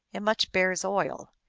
and much bear s oil.